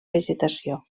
vegetació